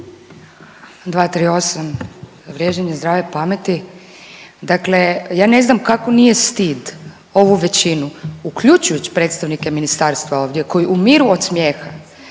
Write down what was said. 238. Vrijeđanje zdrave pameti. Dakle, ja ne znam kako nije stid ovu većinu, uključujući predstavnike ministarstva ovdje koji umiru od smijeha